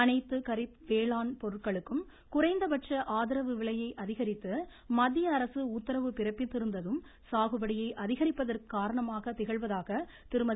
அனைத்து கரிப் வேளாண் பொருட்களுக்கும் குறைந்தபட்ச ஆதரவு விலையை அதிகரித்து மத்திய அரசு உத்தரவு பிறப்பித்திருந்ததும் சாகுபடியை அதிகரிப்பதற்கு காரணமாக திகழ்வதாக திருமதி